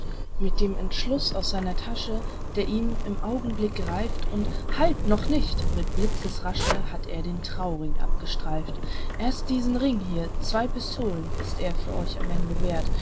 mit dem entschluß aus seiner tasche der ihm im augenblick gereift und halt noch nicht mit blitzesrasche hatt er den trauring abgestreift erst diesen ring hier zwei pistolen ist er für euch am ende werth